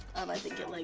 um i think it like